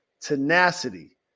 tenacity